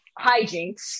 hijinks